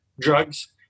drugs